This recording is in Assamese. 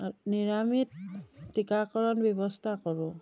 নিয়মিত টীকাকৰণ ব্যৱস্থা কৰোঁ